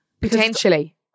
Potentially